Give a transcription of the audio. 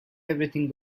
everything